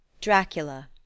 Dracula